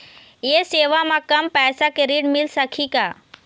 ये सेवा म कम पैसा के ऋण मिल सकही का?